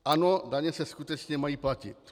Ano, daně se skutečně mají platit.